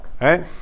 right